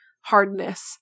hardness